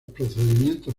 procedimientos